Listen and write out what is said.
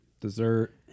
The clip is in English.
dessert